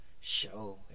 show